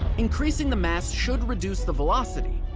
increasing the mass should reduce the velocity.